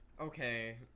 okay